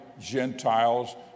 Gentiles